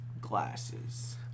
glasses